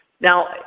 Now